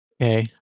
Okay